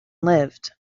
lived